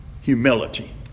humility